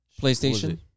PlayStation